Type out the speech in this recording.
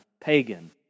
pagan